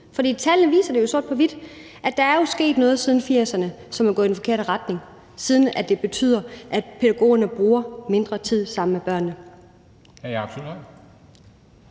For tallene viser det sort på hvidt, nemlig at der jo er sket noget siden 1980'erne, som er gået i den forkerte retning, og at det betyder, at pædagogerne bruger mindre tid sammen med børnene.